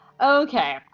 okay